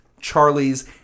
Charlie's